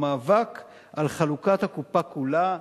הוא מאבק על חלוקת הקופה כולה,